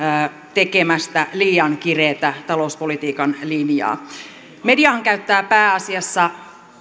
tekemästä liian kireätä talouspolitiikan linjaa mediahan käyttää pääasiassa